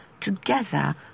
together